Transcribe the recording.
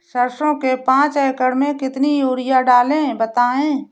सरसो के पाँच एकड़ में कितनी यूरिया डालें बताएं?